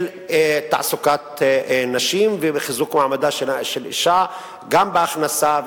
תעסוקת נשים וחיזוק מעמדה של האשה גם בהכנסה.